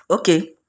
Okay